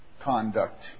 conduct